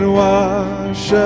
wash